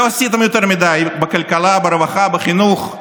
לא עשיתם יותר מדי בכלכלה, ברווחה, בחינוך.